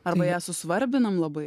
arba ją susvarbinam labai